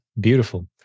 Beautiful